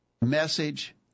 message